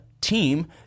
team